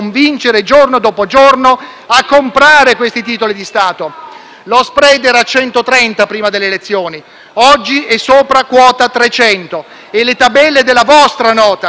Lo *spread* era 130 prima delle elezioni, oggi è sopra quota 300 e le tabelle della vostra Nota ci dicono che già quest'anno pagheremo due miliardi in più di interessi,